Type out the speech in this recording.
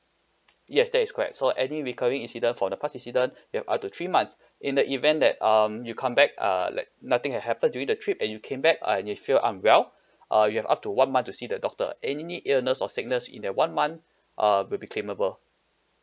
yes that is correct so any recurring incident for the past incident you have up to three months in the event that um you come back uh like nothing had happened during the trip and you came back and you feel unwell uh you have up to one month to see the doctor any illness or sickness in that one month uh will be claimable